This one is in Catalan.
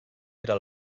era